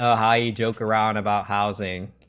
i e. joke around about housing